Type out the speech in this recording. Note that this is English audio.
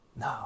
No